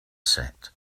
set